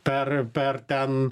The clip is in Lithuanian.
per per ten